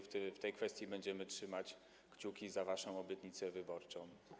W tej kwestii będziemy trzymać kciuki za waszą obietnicę wyborczą.